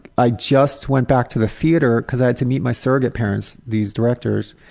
i just went back to the theater because i had to meet my surrogate parents, these directors,